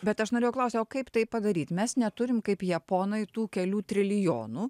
bet aš norėjau klausti o kaip tai padaryt mes neturim kaip japonai tų kelių trilijonų